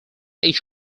each